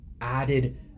added